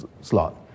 slot